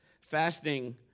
Fasting